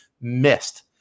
missed